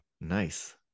Nice